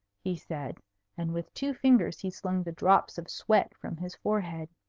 he said and with two fingers he slung the drops of sweat from his forehead.